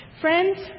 Friends